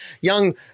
young